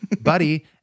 buddy